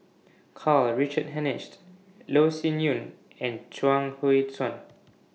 Karl Richard Hanitsch Loh Sin Yun and Chuang Hui Tsuan